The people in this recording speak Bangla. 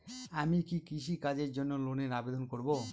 আমি কি কৃষিকাজের জন্য লোনের আবেদন করব?